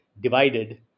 divided